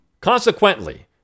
Consequently